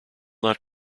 not